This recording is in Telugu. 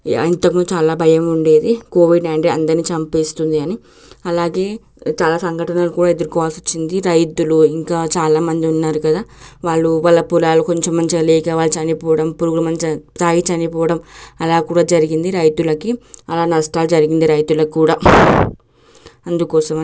ఇంతకుముందు చాలా భయం ఉండేది కోవిడ్ నైన్టీన్ అందరినీ చంపేస్తుంది అని అలాగే చాలా సంఘటనలు కూడా ఎదుర్కోవాల్సి వచ్చింది రైతులు ఇంకా చాలా మంది ఉన్నారు కదా వాళ్ళు వాళ్ళ పొలాలు కొంచెం మంచిగా లేక వాళ్ళు చనిపోవడం పురుగుల మందు తాగి చనిపోవడం అలా కూడా జరిగింది రైతులకి అలా నష్టాలు జరిగింది రైతులకి కూడా అందుకోసం